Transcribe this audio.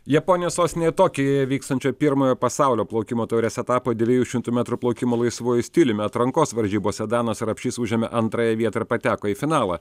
japonijos sostinėj tokijuje vykstančio pirmojo pasaulio plaukimo taurės etapo dviejų šimtų metrų plaukimo laisvuoju stiliumi atrankos varžybose danas rapšys užėmė antrąją vietą ir pateko į finalą